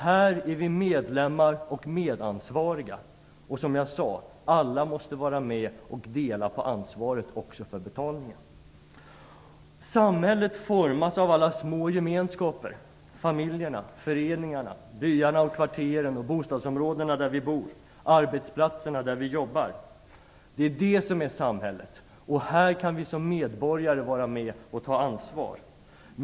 Här är vi medlemmar och medansvariga. Alla måste vara med att dela på ansvaret också för betalningarna. Samhället formas av alla små gemenskaper - familjerna, föreningarna, byarna, kvarteren, bostadsområdena där vi bor och arbetsplatserna där vi jobbar. Det är det som är samhället. Här kan vi som medborgare vara med och ta ansvar.